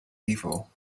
evil